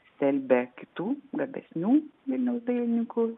stelbia kitų gabesnių vilniaus dailininkų